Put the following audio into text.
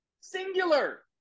Singular